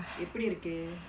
எப்படி இருக்கு:eppadi irukku